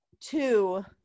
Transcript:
two